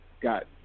got